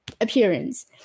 appearance